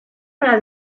para